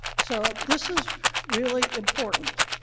so this is really important,